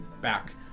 back